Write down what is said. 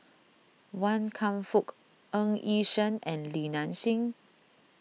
Wan Kam Fook Ng Yi Sheng and Li Nanxing